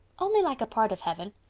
only like a part of heaven.